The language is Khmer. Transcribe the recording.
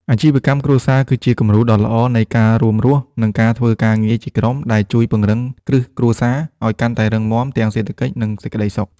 អាជីវកម្មគ្រួសារគឺជាគំរូដ៏ល្អនៃការរួមរស់ និងការធ្វើការងារជាក្រុម ដែលជួយពង្រឹងគ្រឹះគ្រួសារឱ្យកាន់តែរឹងមាំទាំងសេដ្ឋកិច្ច និងសេចក្ដីសុខ។